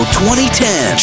2010